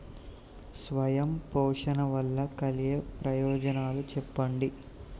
స్వయం పోషణ వల్ల కలిగే ప్రయోజనాలు చెప్పండి?